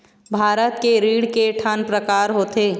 भारत के ऋण के ठन प्रकार होथे?